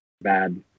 bad